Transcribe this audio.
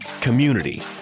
community